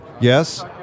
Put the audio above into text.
Yes